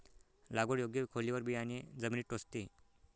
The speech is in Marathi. लागवड योग्य खोलीवर बियाणे जमिनीत टोचते